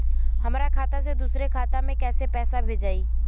हमरा खाता से दूसरा में कैसे पैसा भेजाई?